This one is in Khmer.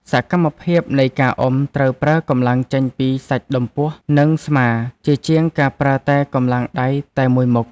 សកម្មភាពនៃការអុំត្រូវប្រើកម្លាំងចេញពីសាច់ដុំពោះ និងស្មា ជាជាងការប្រើតែកម្លាំងដៃតែមួយមុខ។